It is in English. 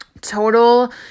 total